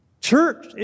Church